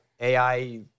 AI